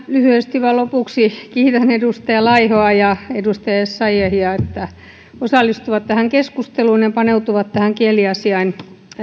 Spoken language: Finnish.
lyhyesti vain lopuksi kiitän edustaja laihoa ja edustaja essayahia että he osallistuvat tähän keskusteluun ja paneutuvat tähän kieliasiaan